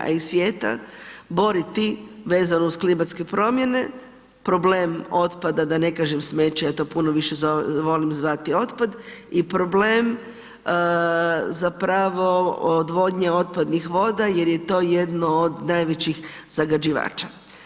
a i svijeta boriti vezano uz klimatske promjene, problem otpada a da ne kažem smeće, ja to puno više volim zvati otpad i problem zapravo odvodnje otpadnih voda jer je to jedno od najvećih zagađivača.